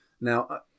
Now